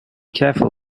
careful